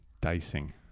Dicing